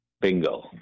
bingo